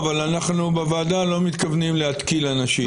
אנחנו בוועדה לא מתכוונים להתקיל אנשים.